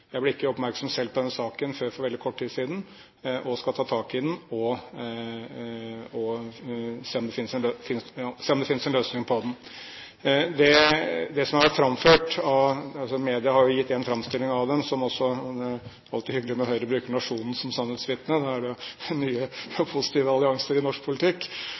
jeg vil overfor Heinseter, og også her, si at det ikke er slik vi skal arbeide. Jeg ble ikke selv oppmerksom på denne saken før for veldig kort tid siden, og skal ta tak i den og se om det finnes en løsning på den. Media har jo gitt én framstilling av saken. Det er alltid hyggelig når Høyre bruker Nationen som sannhetsvitne; det er nye, positive allianser i norsk politikk!